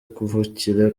kuvukira